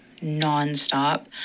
nonstop